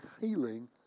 healing